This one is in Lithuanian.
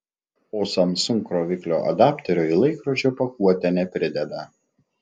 o samsung kroviklio adapterio į laikrodžio pakuotę neprideda